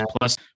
plus